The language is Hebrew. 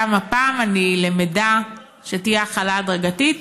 וגם הפעם אני למדה שתהיה החלה הדרגתית.